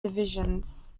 divisions